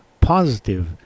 positive